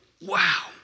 wow